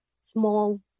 small